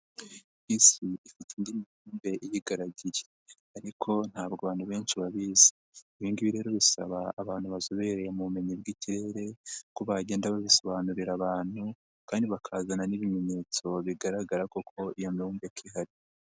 Isi ifite indi mibumbe iyigaragiye, ariko ntabwo abantu benshi babizi ibi ngibi rero bisaba abantu bazobereye mu bumenyi bw'ikirere, ko bagenda babisobanurira abantu kandi bakaza n'ibimenyetso bigaragara koko iyo mibumbe ko ihari.